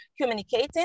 communicating